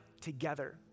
together